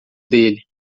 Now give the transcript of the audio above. dele